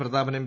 Prathapan M